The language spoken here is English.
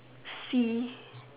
sea